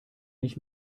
nicht